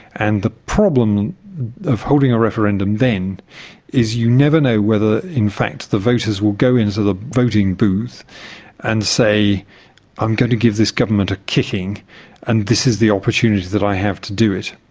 and the problem of holding a referendum then is you never know whether in fact the voters will go into the voting booth and say i'm going to give this government a kicking and this is the opportunity that i have to do it.